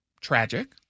tragic